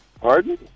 pardon